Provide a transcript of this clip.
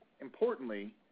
Importantly